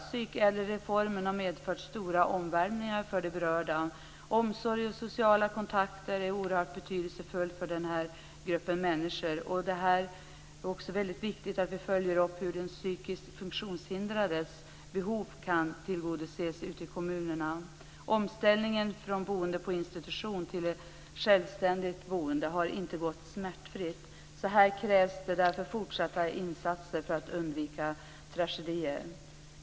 Psykädelreformen har medfört stora omvälvningar för de berörda. Omsorg och sociala kontakter är oerhört betydelsefulla för den här gruppen människor. Det är också väldigt viktigt att vi följer upp hur den psykiskt funktionshindrades behov kan tillgodoses ute i kommunerna. Omställningen från boende på institution till ett självständigt boende har inte gått smärtfritt. Därför krävs det fortsatta insatser här för att undvika tragedier.